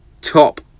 top